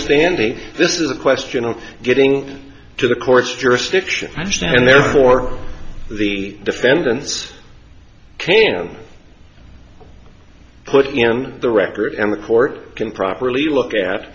standing this is a question of getting to the court's jurisdiction to stand there for the defendants can put you on the record and the court can properly look at